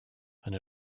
and